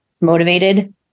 motivated